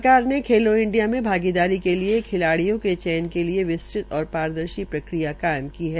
सरकार ने खेलो इंडिया में भागीदारी के लिये खिलाब्रियों के चयन के लिये विस्तृत और पारदर्शी प्रक्रिया कायम की है